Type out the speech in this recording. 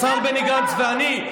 השר בני גנץ ואני,